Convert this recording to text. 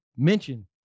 Mention